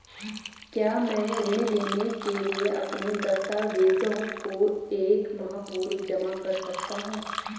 क्या मैं ऋण लेने के लिए अपने दस्तावेज़ों को एक माह पूर्व जमा कर सकता हूँ?